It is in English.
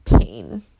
pain